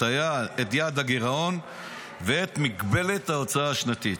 את יעד הגירעון ואת מגבלת ההוצאה השנתית.